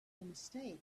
mistake